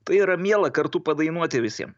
tai yra miela kartu padainuoti visiem